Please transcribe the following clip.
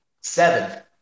Seven